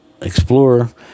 Explorer